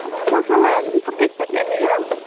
मसलाहरू पनि सबै छ त्यहाँनिर